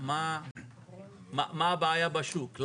מה הבעיה בשוק,